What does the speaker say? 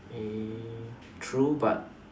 eh true but